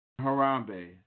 Harambe